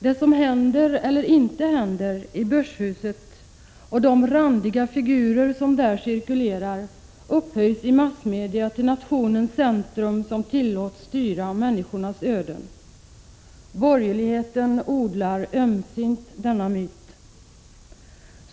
Det som händer eller inte händer i börshuset och de randiga figurer som där cirkulerar upphöjs i massmedia till nationens centrum, som tillåts styra människors öden. Borgerligheten odlar ömsint denna myt.